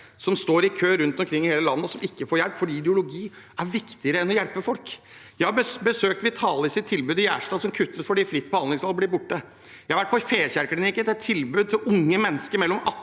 som står i kø rundt i hele landet og ikke får hjelp fordi ideologi er viktigere enn å hjelpe folk. Jeg har besøkt Vitalis’ tilbud i Gjerstad, som kuttes fordi fritt behandlingsvalg blir borte. Jeg har vært på Fekjærklinikken, som har et tilbud til unge mennesker mellom